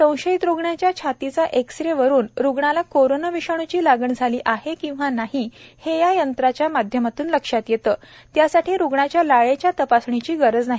संशयित रुग्णाच्या छातीच्या एक्स रे वरुन रुग्णाला कोरोना विषाणूची लागण झाली आहे किंवा नाही हे या यंत्राच्या माध्यमातून लक्षात येतं त्यासाठी रुग्णाच्या लाळेच्या तपासणीची गरज नाही